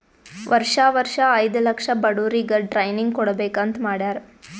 ವರ್ಷಾ ವರ್ಷಾ ಐಯ್ದ ಲಕ್ಷ ಬಡುರಿಗ್ ಟ್ರೈನಿಂಗ್ ಕೊಡ್ಬೇಕ್ ಅಂತ್ ಮಾಡ್ಯಾರ್